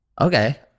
okay